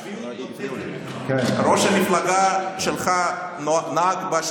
איפה היית לפני שנה וחצי?